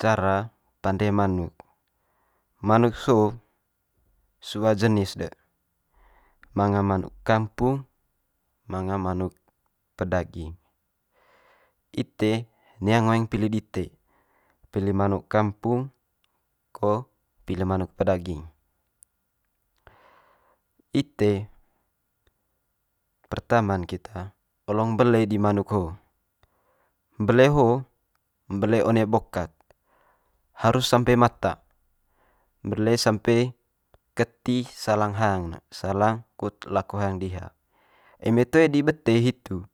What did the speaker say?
Cara pande manuk, manuk so'o sua jenis de manga manuk kampung manga manuk pedaging. Ite nia ngoeng pili dite, pili manuk kampung ko pili manuk pedaging. Ite pertama'n keta olong mbele di manuk ho'o mbele ho'o mbele one bokak harus sampe mata, mbele sampe keti salang hang ne salang kut lako hang diha. Eme toe di bete hitu